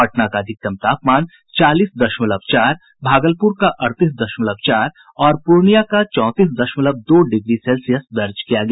पटना का अधिकतम तापमान चालीस दशमलव चार भागलपुर का अड़तीस दशमलव चार और पूर्णियां का चौंतीस दशमलव दो डिग्री सेल्सियस दर्ज किया गया